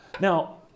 Now